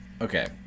Okay